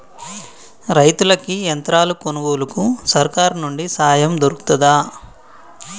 రైతులకి యంత్రాలు కొనుగోలుకు సర్కారు నుండి సాయం దొరుకుతదా?